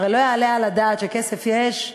הרי לא יעלה על הדעת שכסף יש,